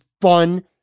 fun